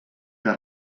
que